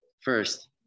First